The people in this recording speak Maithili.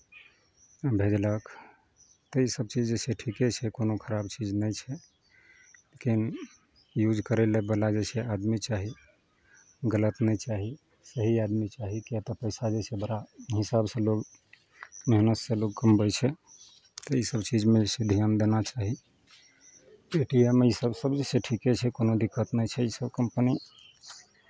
भेजलक तऽ इसभ चीज जे छै ठीके छै कोनो खराब चीज नहि छै कि यूज करय लेल वला जे छै आदमी चाही गलत नहि चाही सही आदमी चाही किएक तऽ पैसा जे छै बड़ा हिसाबसँ लोक मेहनतसँ लोक कमबै छै तऽ इसभ चीजमे जे छै धियान देना चाही पे टी एम मे इसभ सभ जे छै ठीके छै कोनो दिक्कत नहि छै इसभ कम्पनी